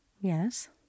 Yes